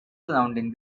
surrounding